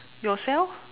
yourself